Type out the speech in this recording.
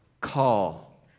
call